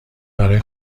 برای